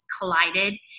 collided